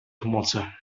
pomocy